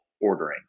ordering